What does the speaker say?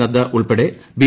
നഡ്ഡ ഉൾപ്പെടെ ബി